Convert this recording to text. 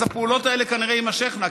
אז הפעולות האלה כנראה תימשכנה,